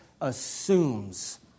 assumes